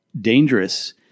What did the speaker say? dangerous